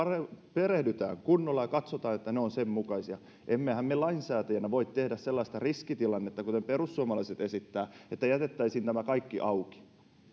perehdytään kunnolla ja katsotaan että ne ovat sen mukaisia emmehän me lainsäätäjinä voi tehdä sellaista riskitilannetta kuten perussuomalaiset esittävät että jätettäisiin nämä kaikki auki